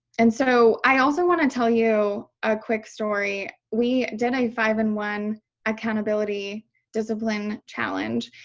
and so i also want to tell you a quick story we did a five and one accountability discipline challenge.